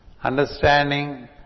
understanding